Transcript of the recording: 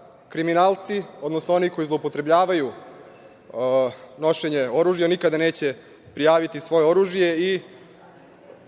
da kriminalci, odnosno oni koji zloupotrebljavaju nošenje oružja nikada neće prijaviti svoje oružje i